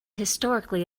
historically